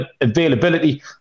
availability